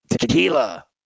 tequila